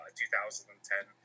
2010